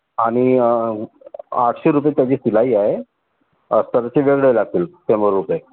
आणि आठशे रुपये त्याची शिलाई आहे तर लागतील शंभर रुपये